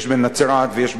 יש בנצרת ויש בחיפה.